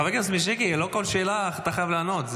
חבר הכנסת מישרקי, לא על כל שאלה אתה חייב לענות.